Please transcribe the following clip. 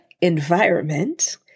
environment